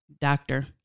Doctor